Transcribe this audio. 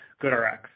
GoodRx